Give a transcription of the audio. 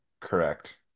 Correct